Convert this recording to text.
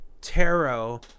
tarot